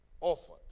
offered